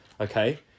okay